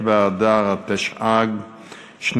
יום